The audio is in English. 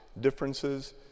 differences